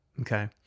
okay